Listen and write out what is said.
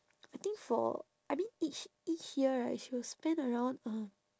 I think for I mean each each year right she will spend around uh